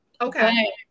Okay